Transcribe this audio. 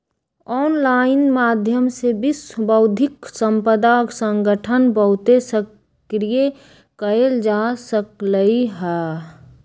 online माध्यम से विश्व बौद्धिक संपदा संगठन बहुते सक्रिय कएल जा सकलई ह